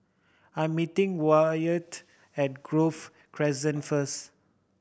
I'm meeting Wyatt at Grove Crescent first